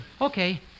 Okay